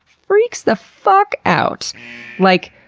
freaks the fuck out like,